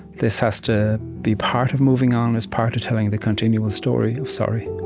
this has to be part of moving on, is part of telling the continual story of sorry